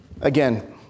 Again